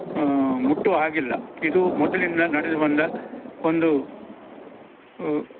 ಮುಟ್ಟುವ ಹಾಗಿಲ್ಲ ಇದು ಮೊದಲಿಂದ ನಡೆದು ಬಂದ ಒಂದು